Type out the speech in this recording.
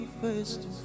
first